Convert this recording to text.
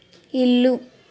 ఇల్లు